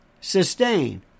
Sustain